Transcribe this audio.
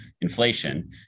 inflation